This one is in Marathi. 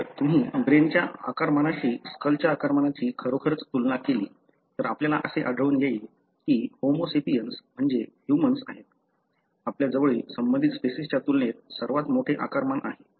जर तुम्ही ब्रेनच्या आकारमानाशी स्कलच्या आकारमानाची खरोखरच तुलना केली तर आपल्याला असे आढळून येईल की होमो सेपियन म्हणजे ह्यूमन्स आहेत आपल्या जवळील संबंधित स्पेसिसच्या तुलनेत सर्वात मोठे आकारमान आहे